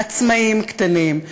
עצמאים קטנים,